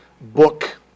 book